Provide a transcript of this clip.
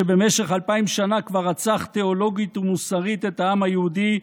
שבמשך אלפיים שנה כבר רצח תיאולוגית ומוסרית את העם היהודי,